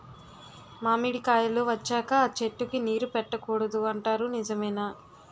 మామిడికాయలు వచ్చాక అ చెట్టుకి నీరు పెట్టకూడదు అంటారు నిజమేనా?